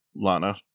Lana